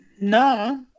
No